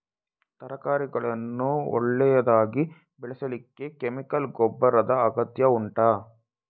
ತರಕಾರಿಗಳನ್ನು ಒಳ್ಳೆಯದಾಗಿ ಬೆಳೆಸಲಿಕ್ಕೆ ಕೆಮಿಕಲ್ ಗೊಬ್ಬರದ ಅಗತ್ಯ ಉಂಟಾ